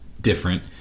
different